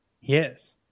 yes